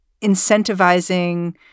incentivizing